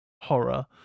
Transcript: horror